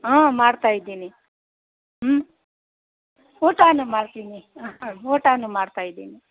ಹಾಂ ಮಾಡ್ತಾಯಿದ್ದೀನಿ ಹ್ಞೂ ಊಟನೂ ಮಾಡ್ತೀನಿ ಹಾಂ ಹಾಂ ಊಟನೂ ಮಾಡ್ತಾಯಿದ್ದೀನಿ